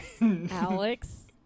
Alex